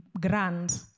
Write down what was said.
grand